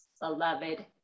beloved